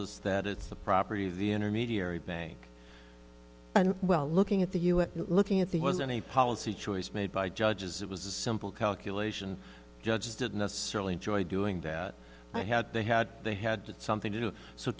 us that it's the property of the intermediary bank and well looking at the u s looking at there was any policy choice made by judges it was a simple calculation judges didn't necessarily enjoy doing that i had they had they had something to do so